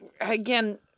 again